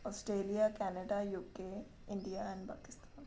Australia Canada UK India and Pakistan